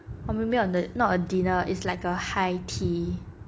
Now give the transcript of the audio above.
or maybe or not a dinner is like a high tea